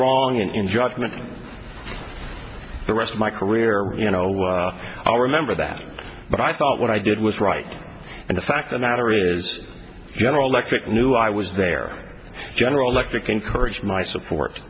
judgment the rest of my career you know i'll remember that but i thought what i did was right and the fact of the matter is general electric knew i was there general electric encouraged my support